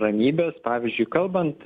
ramybės pavyzdžiui kalbant